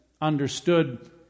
understood